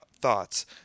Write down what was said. thoughts